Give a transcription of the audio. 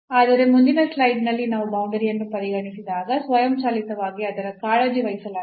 ಆದರೆ ಮುಂದಿನ ಸ್ಲೈಡ್ನಲ್ಲಿ ನಾವು ಬೌಂಡರಿಯನ್ನು ಪರಿಗಣಿಸಿದಾಗ ಸ್ವಯಂಚಾಲಿತವಾಗಿ ಅದರ ಕಾಳಜಿ ವಹಿಸಲಾಗುತ್ತದೆ